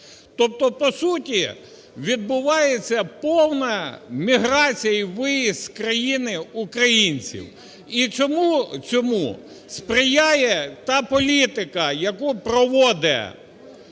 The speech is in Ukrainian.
Тобто по суті відбувається повна міграція і виїзд з країни українців. І цьому, цьому сприяє та політика, яку проводить